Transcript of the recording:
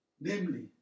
namely